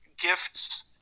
gifts